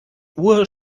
uhr